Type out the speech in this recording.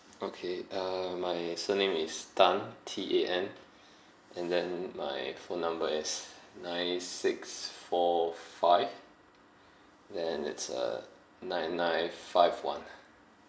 okay uh my surname is tan T A N and then my phone number is nine six four five then it's uh nine nine five one